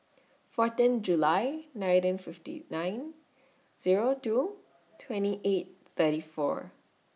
fourteen July nineteen fifty nine Zero two twenty eight thirty four